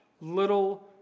little